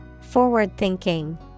Forward-thinking